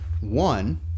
One